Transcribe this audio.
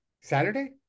Saturday